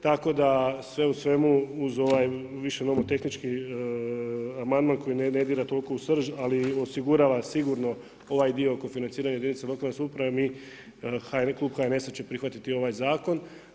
Tako da sve u svemu, uz ovaj više nomo tehnički amandman koji ne dira toliko u srž, ali osigurava sigurno ovaj dio kod financiranja jedinica lokalne samouprave, mi … HNS-a će prihvatiti ovaj zakon.